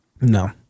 No